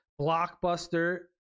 Blockbuster